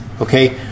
Okay